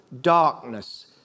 darkness